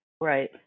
Right